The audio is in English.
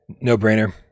no-brainer